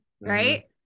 right